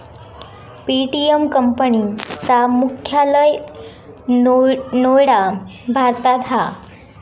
Paytm company चा मुख्यालय नोएडा भारतात हा